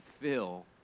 fill